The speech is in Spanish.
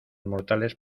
mortales